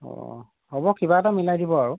অঁ হ'ব কিবা এটা মিলাই দিব আৰু